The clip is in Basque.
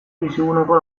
biciguneko